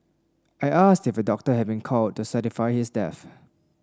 I asked if a doctor had been called to certify his death